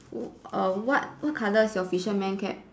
w~ err what what colour is your fisherman cap